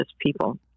people